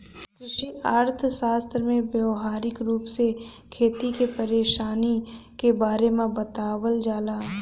कृषि अर्थशास्त्र में व्यावहारिक रूप से खेती के परेशानी के बारे में बतावल जाला